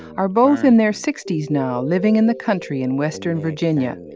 are both in their sixty s now living in the country in western virginia.